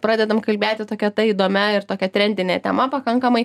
pradedam kalbėti tokia ta įdomia ir tokia trendine tema pakankamai